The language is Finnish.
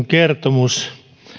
kertomus